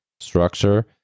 structure